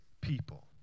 people